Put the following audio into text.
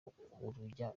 urujya